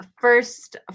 first